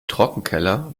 trockenkeller